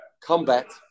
combat